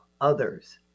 others